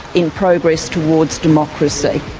in progress towards democracy.